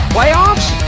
Playoffs